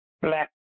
black